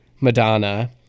Madonna